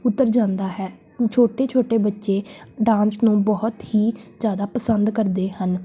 ਉਤਰ ਜਾਂਦਾ ਹੈ ਛੋਟੇ ਛੋਟੇ ਬੱਚੇ ਡਾਂਸ ਨੂੰ ਬਹੁਤ ਹੀ ਜ਼ਿਆਦਾ ਪਸੰਦ ਕਰਦੇ ਹਨ